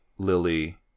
Lily